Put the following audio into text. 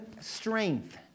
strength